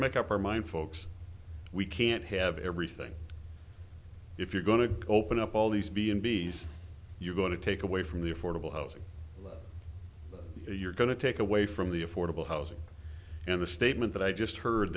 make up our mind folks we can't have everything if you're going to open up all these b and b s you're going to take away from the affordable housing you're going to take away from the affordable housing in the statement that i just heard